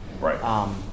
Right